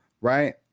Right